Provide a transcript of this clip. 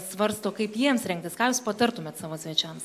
svarsto kaip jiems rengtis ką jūs patartumėt savo svečiams